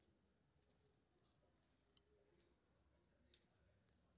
नर्सरीक कारोबार करै लेल पेड़, पौधाक नीक जानकारी हेबाक चाही